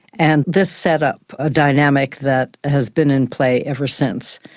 and this set up a dynamic that has been in play ever since.